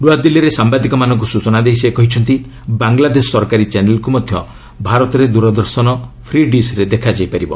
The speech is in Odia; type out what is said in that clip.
ନୂଆଦିଲ୍ଲୀରେ ସାମ୍ଭାଦିକମାନଙ୍କୁ ସ୍ୱଚନା ଦେଇ ସେ କହିଛନ୍ତି ବାଙ୍ଗଲାଦେଶ ସରକାରୀ ଚ୍ୟାନେଲ୍କୁ ମଧ୍ୟ ଭାରତରେ ଦୂରଦର୍ଶନ ଫ୍ରି ଡିସ୍ରେ ଦେଖାଯାଇ ପାରିବ